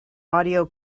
audio